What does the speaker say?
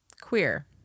queer